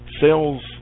sales